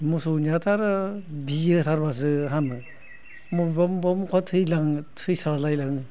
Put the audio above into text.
मोसौनियाथ' आरो बिजि होथारब्लासो हामो मबेबा मबेबाथ' आरो थैलाङो थैसालाङो